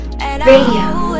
radio